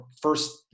first